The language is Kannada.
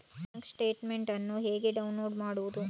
ಬ್ಯಾಂಕ್ ಸ್ಟೇಟ್ಮೆಂಟ್ ಅನ್ನು ಹೇಗೆ ಡೌನ್ಲೋಡ್ ಮಾಡುವುದು?